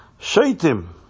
Shaitim